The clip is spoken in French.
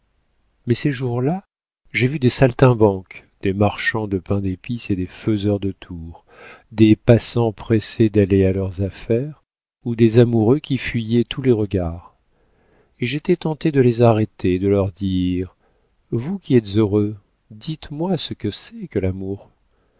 mais ces jours-là j'ai vu des saltimbanques des marchands de pain d'épice et des faiseurs de tours des passants pressés d'aller à leurs affaires ou des amoureux qui fuyaient tous les regards et j'étais tentée de les arrêter et de leur dire vous qui êtes heureux dites-moi ce que c'est que l'amour